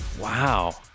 Wow